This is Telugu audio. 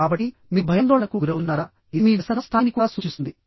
కాబట్టి మీరు భయాందోళనకు గురవుతున్నారా ఇది మీ వ్యసనం స్థాయిని కూడా సూచిస్తుంది